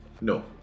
No